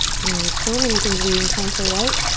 and there's so many things we encounter, right,